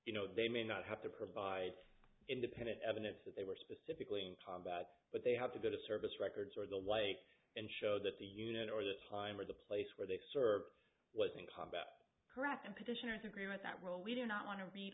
you know they may not have to provide independent evidence that they were specifically in combat but they have to get a service records or the like and show that the unit or the time or the place where they serve was in combat correct and petitioners agree with that role we do not want to re